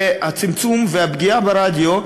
והצמצום והפגיעה ברדיו,